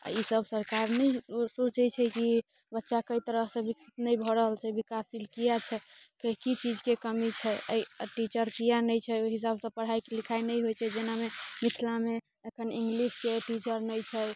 आ ई सब सरकार नहि सोचैत छै कि बच्चा कइ तरहसँ विकसित नहि भऽ रहल छै विकासशील किआ छै कइ कइ चीजके कमी छै आ टीचर किआ नहि छै ओहि हिसाबसँ पढाइ लिखाइ नहि होइत छै जेनामे मिथिलामे एखन इंगलिशके टीचर नहि छै